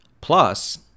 Plus